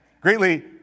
greatly